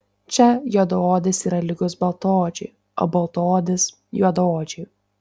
čia juodaodis yra lygus baltaodžiui o baltaodis juodaodžiui